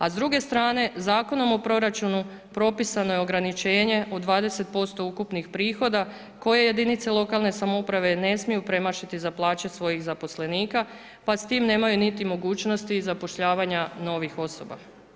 A s druge strane Zakonom o proračunu, propisano je ograničenje, u 20% ukupnih prihoda koje jedinice lokalne samouprave, ne smiju premašiti za plaće svojih zaposlenika, pa s tim nemaju niti mogućnosti zapošljavanja novih osoba.